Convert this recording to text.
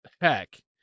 heck